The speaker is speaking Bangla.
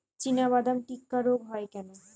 চিনাবাদাম টিক্কা রোগ হয় কেন?